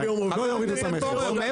לא יורידו את המכס.